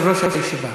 יושב-ראש הישיבה.